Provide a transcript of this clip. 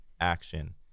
action